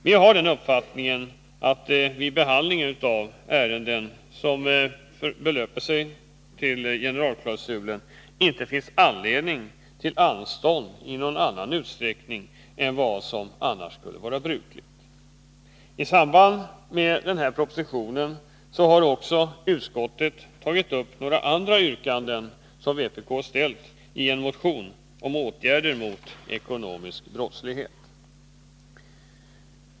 Vi har den uppfattningen att det vid behandlingen av ärenden som aktualiserats av generalklausulen inte finns anledning till anstånd i någon annan utsträckning än vad som annars är brukligt. I samband med behandlingen av propositionen har utskottet tagit upp också några yrkanden som vpk ställt i en motion om åtgärder mot ekonomisk brottslighet.